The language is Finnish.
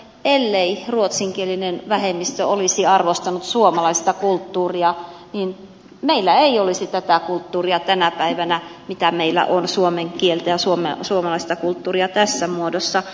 ellei ruotsinkielinen vähemmistö olisi arvostanut suomalaista kulttuuria niin meillä ei olisi tätä kulttuuria tänä päivänä mitä meillä on suomen kieltä ja suomalaista kulttuuria tässä muodossa